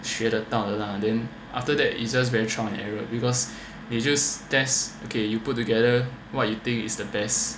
学的到的 lah then after that it's just very trial and error because you just test okay you put together what you think is the best